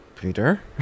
Peter